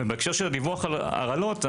ובהקשר הדיווח על הרעלות,